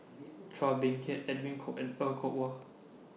Chua Beng Huat Edwin Koek and Er Kwong Wah